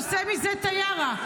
הוא עושה מזה טיארה.